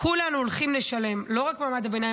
כולנו הולכים לשלם, לא רק מעמד הביניים.